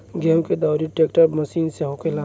गेहूं के दउरी ट्रेक्टर मशीन से होखेला